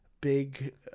big